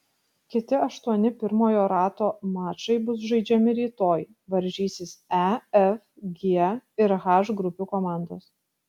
kiti aštuoni pirmojo rato mačai bus žaidžiami rytoj varžysis e f g ir h grupių komandos